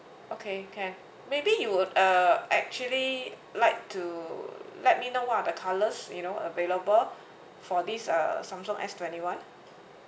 okay can maybe you will uh actually like to let me know what are the colours you know available for this uh Samsung s twenty one